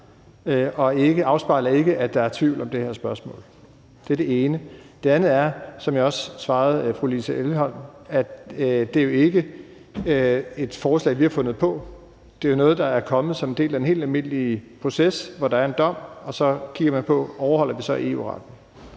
og afspejler ikke, at der er tvivl om det her spørgsmål. Det er det ene. Det andet er – som jeg også svarede fru Louise Schack Elholm – at det jo ikke er et forslag, vi har fundet på. Det er noget, der er kommet som en del af den helt almindelige proces, hvor der er en dom, og så kigger man på, om vi overholder EU-retten.